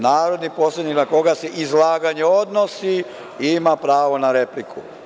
Narodni poslanik na koga se izlaganje odnosi ima pravo na repliku“